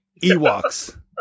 ewoks